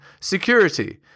Security